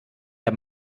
der